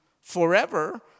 forever